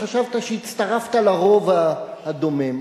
חשבתי שהצטרפת לרוב הדומם,